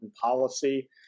policy